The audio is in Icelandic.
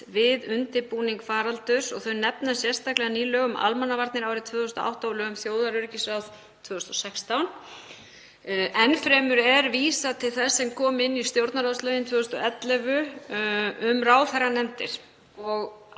viðbragða við faraldri. Þau nefna sérstaklega ný lög um almannavarnir árið 2008 og lög um þjóðaröryggisráð 2016. Enn fremur er vísað til þess sem kom inn í stjórnarráðslögin 2011 um ráðherranefndir.